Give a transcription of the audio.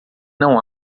não